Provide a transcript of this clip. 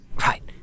right